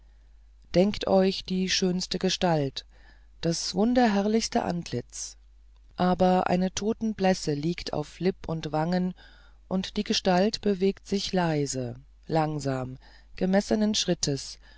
denkt euch die schönste gestalt das wunderherrlichste antlitz aber eine totenblässe liegt auf lipp und wangen und die gestalt bewegt sich leise langsam gemessenen schrittes